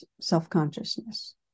self-consciousness